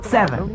Seven